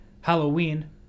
Halloween